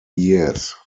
years